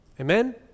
amen